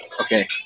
Okay